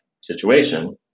situation